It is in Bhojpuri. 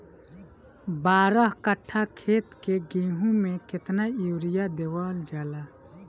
बारह कट्ठा खेत के गेहूं में केतना यूरिया देवल जा?